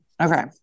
Okay